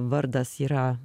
vardas yra